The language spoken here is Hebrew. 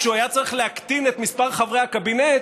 כשהוא היה צריך להקטין את מספר חברי הקבינט